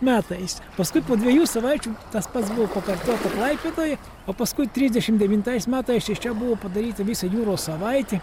metais paskui po dviejų savaičių tas pats buvo pakartota klaipėdoj o paskui trisdešim devintais metais iš čia buvo padaryta visa jūros savaitė